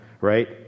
right